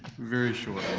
very short